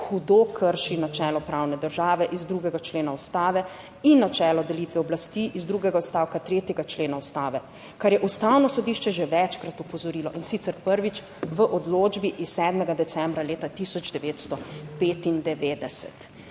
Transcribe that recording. hudo krši načelo pravne države iz 2. člena Ustave in načelo delitve oblasti iz drugega odstavka 3. člena Ustave, na kar je Ustavno sodišče že večkrat opozorilo, in sicer prvič v odločbi iz 7. decembra leta 1995.«